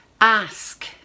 Ask